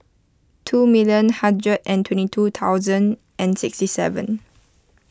two million hundred and twenty two thousand and sixty seven